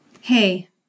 hey